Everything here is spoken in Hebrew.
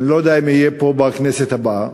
ואני לא יודע אם אהיה פה בכנסת הבאה,